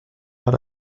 par